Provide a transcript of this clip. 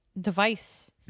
device